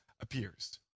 appears